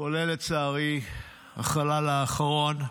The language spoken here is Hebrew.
כולל לצערי החלל האחרון,